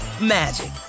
magic